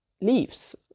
leaves